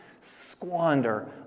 squander